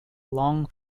long